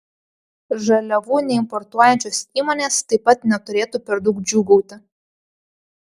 žaliavų neimportuojančios įmonės taip pat neturėtų per daug džiūgauti